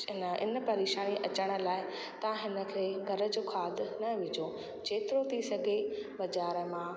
इन इन परेशानी अचण लाइ तव्हां हिन खे घर जो खाद न विझो जेतिरो थी सघे बज़ार मां